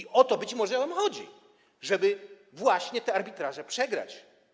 I o to być może wam chodzi, żeby właśnie te arbitraże przegrać.